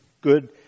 good